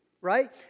right